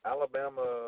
Alabama